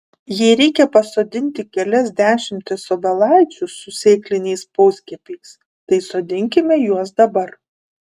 jei reikia pasodinti kelias dešimtis obelaičių su sėkliniais poskiepiais tai sodinkime juos dabar